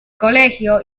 colegio